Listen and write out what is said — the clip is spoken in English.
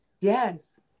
Yes